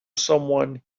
someone